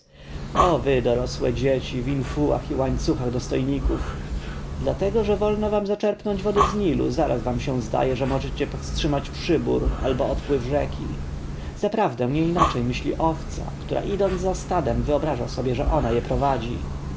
dorosłe dzieci w infułach i łańcuchach dostojników dlatego że wolno wam zaczerpnąć wody z nilu zaraz wam się zdaje że możecie powstrzymać przybór albo odpływ rzeki zaprawdę nie inaczej myśli owca która idąc za stadem wyobraża sobie że ona je popędza